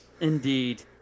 Indeed